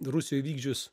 rusijai įvykdžius